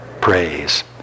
praise